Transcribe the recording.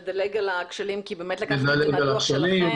תדלג על הכשלים כי באמת לקחנו אותם מהדו"ח שלכם.